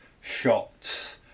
shots